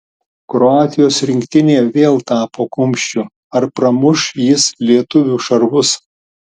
kroatijos rinktinė vėl tapo kumščiu ar pramuš jis lietuvių šarvus